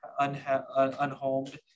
unhomed